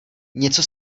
něco